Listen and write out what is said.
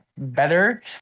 better